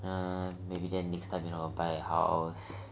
err maybe then next time you know I'll buy a house